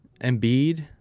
Embiid